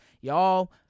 y'all